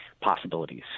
possibilities